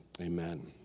amen